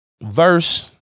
verse